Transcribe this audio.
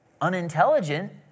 unintelligent